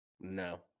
No